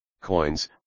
coins